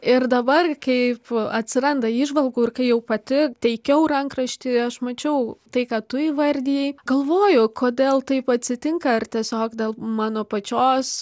ir dabar kaip atsiranda įžvalgų ir kai jau pati teikiau rankraštį aš mačiau tai ką tu įvardijai galvoju kodėl taip atsitinka ar tiesiog dėl mano pačios